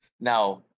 Now